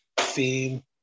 theme